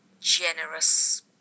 generous